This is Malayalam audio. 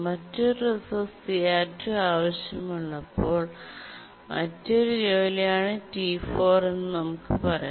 മറ്റൊരു റിസോഴ്സ് CR2 ആവശ്യമുള്ള മറ്റൊരു ജോലിയാണ് T4 എന്ന് നമുക്ക് പറയാം